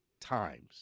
times